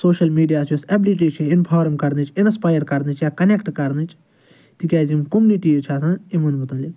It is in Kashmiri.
سوشل میٖڈیاہٕچ یۄس ایبلِٹی چھِ انفارم کرنٕچ انسپایر کرنٕچ یا کنیکٹ کرنٕچ تِکیٛازِ یِم کومنِٹیٖز چھِ آسان تِمن متعلِق